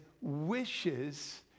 wishes